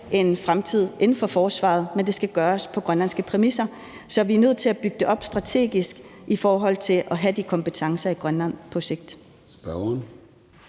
en fremtid inden for forsvaret, men det skal gøres på grønlandske præmisser. Så vi er nødt til at bygge det op strategisk i forhold til at have de kompetencer i Grønland, på sigt.